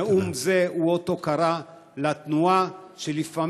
נאום זה הוא אות הוקרה לתנועה שלפעמים,